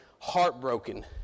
heartbroken